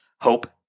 hope